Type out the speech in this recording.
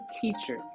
teacher